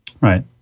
Right